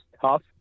tough